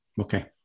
Okay